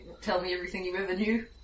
tell-me-everything-you-ever-knew